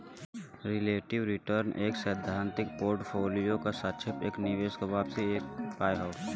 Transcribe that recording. relative return एक सैद्धांतिक portfolio क सापेक्ष एक निवेश क वापसी क एक उपाय हौ